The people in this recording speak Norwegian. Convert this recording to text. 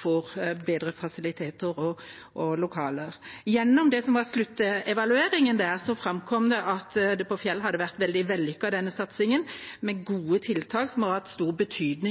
får bedre fasiliteter og lokaler. Gjennom sluttevalueringen framkom det at denne satsingen på Fjell hadde vært veldig vellykket, med gode tiltak som har hatt stor betydning